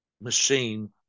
machine